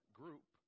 group